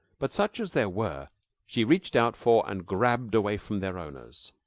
but such as there were she reached out for and grabbed away from their owners,